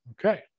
Okay